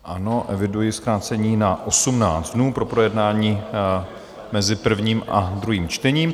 Ano, eviduji zkrácení na 18 dnů pro projednání mezi prvním a druhým čtením.